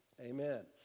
amen